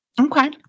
Okay